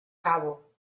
cabo